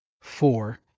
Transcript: four